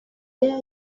idea